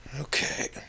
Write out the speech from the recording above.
okay